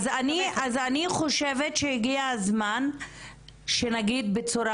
אז אני חושבת שהגיע הזמן שנגיד בצורה